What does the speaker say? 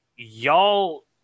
Y'all